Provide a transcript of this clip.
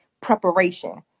preparation